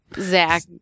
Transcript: Zach